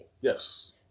Yes